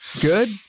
good